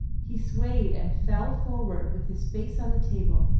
he swayed and fell forward with his face on the table,